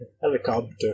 Helicopter